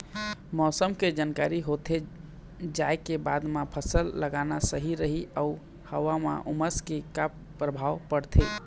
मौसम के जानकारी होथे जाए के बाद मा फसल लगाना सही रही अऊ हवा मा उमस के का परभाव पड़थे?